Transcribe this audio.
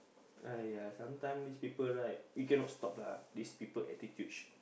!aiya! sometime this people right you cannot stop lah this people attitude